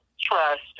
trust